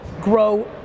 grow